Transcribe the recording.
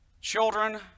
Children